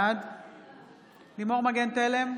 בעד לימור מגן תלם,